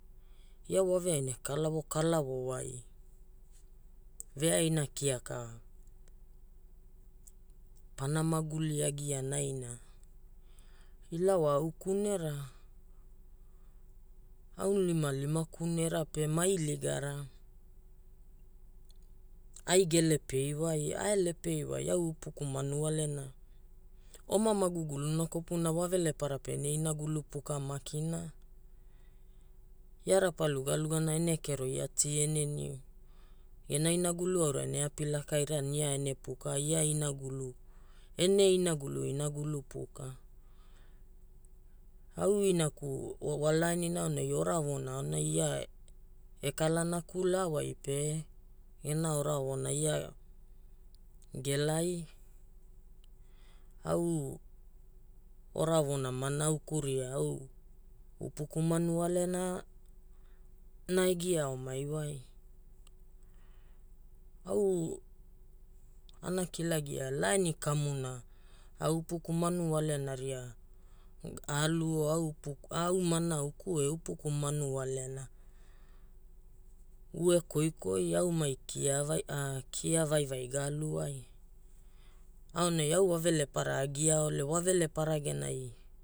Ia waveaina e kalawo kalawo wai veaina kiaka pana maguli agia naina. Ila wa au kunera, aunilimalima kunera pe ma iligara, ai ge lepei wai, ae lepei wai au Upuku manuwalena. Oma maguguluna kopuna wa Velepara pene inagulu puka makina. Ia rapalugalugana ene kero ia ti ene niu, gena inagulu aura ene api lakaira ne ia ene puka. Ia inagulu, ene inagulu inagulu puka. Au Inaku wa laaninai ora voona aonai ia e kala nakula wai pe gena ora voona ia gelai. Au ora voona ma Nauku ria au Upuku manuwalena na e gia ao mai wai. Au ana kilagia, laani kamuna au upuku manuwalena ria aaluo. Au ma Nauku e Upuku manuwalena vue koikoi aumai kia vaivai ga alu wai. Aonai au wa velepara a giaole wa Velepara genai